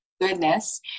goodness